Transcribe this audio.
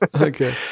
Okay